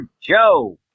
Joe